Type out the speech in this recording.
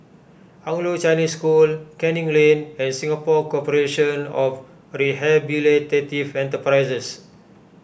Anglo Chinese School Canning Lane and Singapore Corporation of Rehabilitative Enterprises